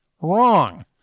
Wrong